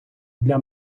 для